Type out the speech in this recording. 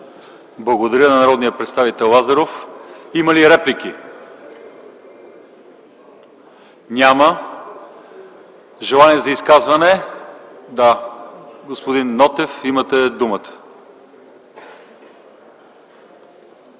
Благодаря на народния представител Лазаров. Има ли реплики? Няма. Желания за изказвания? Господин Нотев, имате думата.